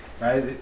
Right